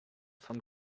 von